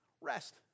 rest